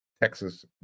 Texas